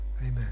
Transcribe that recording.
Amen